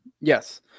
Yes